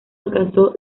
alcanzó